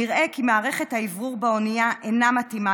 נראה כי מערכת האוורור באונייה אינה מתאימה